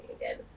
again